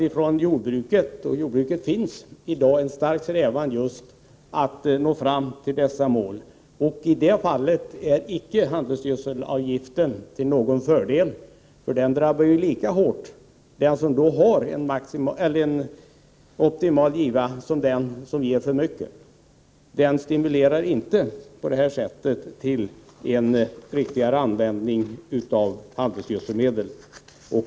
Inom jordbruket finns det i dag en stark strävan att nå fram till dessa mål. I detta fall är handelsgödselavgiften icke till någon fördel. Den drabbar lika hårt den som har en optimal giva som den som ger för mycket handelsgödsel. Den stimulerar inte till en riktigare användning av handelsgödselmedel.